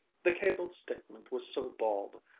the cabled statement was so bald,